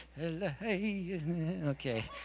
Okay